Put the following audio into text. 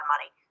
money